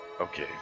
Okay